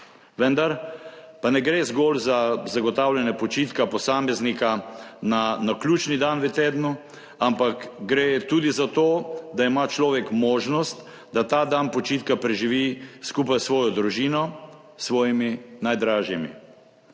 Vendar pa ne gre zgolj za zagotavljanje počitka posameznika na naključni dan v tednu, ampak gre tudi za to, da ima človek možnost, da ta dan počitka preživi skupaj s svojo družino, s svojimi najdražjimi.